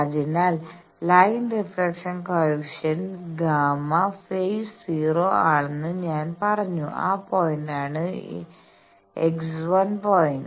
അതിനാൽ line reflection coefficient Γ phase 0 ആണെന്ന് ഞാൻ പറഞ്ഞു ആ പോയിന്റാണ് x1 പോയിന്റ്